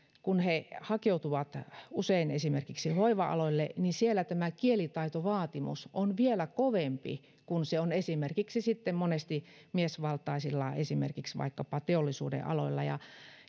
hakeutuvat usein esimerkiksi hoiva aloille ja siellä tämä kielitaitovaatimus on vielä kovempi kuin se on esimerkiksi monesti miesvaltaisilla aloilla vaikkapa teollisuudenaloilla ja